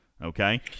Okay